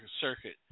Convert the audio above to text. Circuit